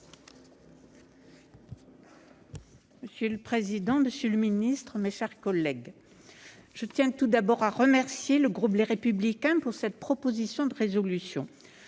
Monsieur le président, monsieur le ministre, mes chers collègues, je tiens tout d'abord à remercier le groupe Les Républicains d'avoir déposé cette proposition de résolution.